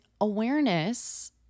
awareness